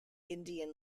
indian